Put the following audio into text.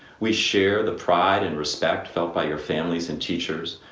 we share the pride and respect felt by your families and teachers,